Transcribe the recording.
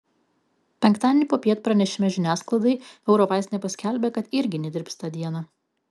penktadienį popiet pranešime žiniasklaidai eurovaistinė paskelbė kad irgi nedirbs tą dieną